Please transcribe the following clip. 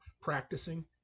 practicing